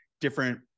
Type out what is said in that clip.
different